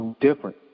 different